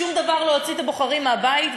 שום דבר לא יוציא את הבוחרים מהבית,